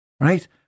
Right